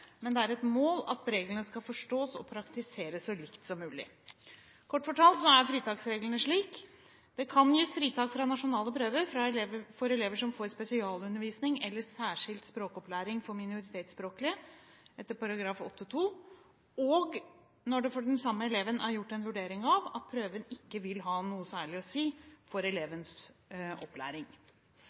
men det er et mål at reglene skal forstås og praktiseres så likt som mulig. Kort fortalt er fritaksreglene slik: Det kan gis fritak fra nasjonale prøver for elever som får spesialundervisning eller særskilt språkopplæring for minoritetsspråklige, etter § 2-8, og når det for den samme eleven er gjort en vurdering av at prøven ikke vil ha noe særlig å si for elevens opplæring.